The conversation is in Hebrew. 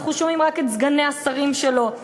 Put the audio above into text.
אנחנו שומעים רק את סגני השרים שלו.